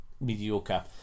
mediocre